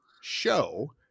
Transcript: show